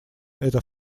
эта